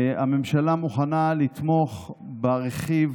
הממשלה מוכנה לתמוך ברכיב